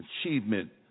achievement